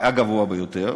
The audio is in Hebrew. הגבוה ביותר,